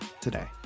today